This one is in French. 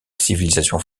civilisations